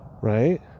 Right